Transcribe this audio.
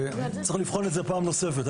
צריך לבחון את זה פעם נוספת.